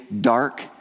dark